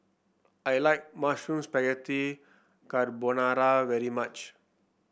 I like Mushroom Spaghetti Carbonara very much